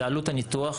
זה עלות הניתוח,